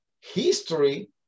history